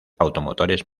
automotores